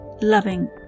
loving